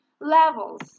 levels